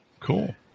Cool